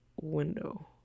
Window